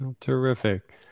Terrific